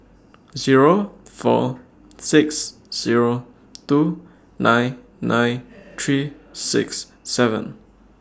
Zero four six Zero two nine nine three six seven